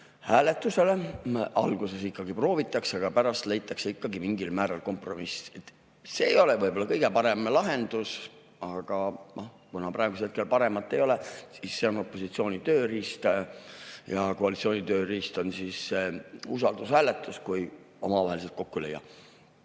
hääletusele. Alguses ikkagi proovitakse, aga pärast leitakse ikkagi mingil määral kompromiss. See ei ole võib-olla kõige parem lahendus, aga kuna praegu paremat ei ole, siis see on opositsiooni tööriist. Ja koalitsiooni tööriist on usaldushääletus, kui omavahel kokku ei